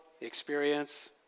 experience